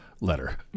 letter